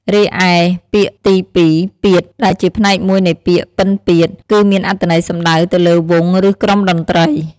រីឯពាក្យទីពីរ"ពាទ្យ" ដែលជាផ្នែកមួយនៃពាក្យ "ពិណពាទ្យ" គឺមានអត្ថន័យសំដៅទៅលើ វង់ ឬ ក្រុមតន្ត្រី។